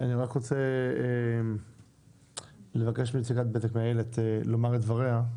אני רק רוצה לבקש מנציגת בזק איילת לומר את דבריה.